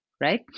right